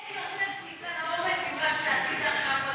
אין יותר כניסה לעומק ממה שאתה עשית עכשיו בדוכן.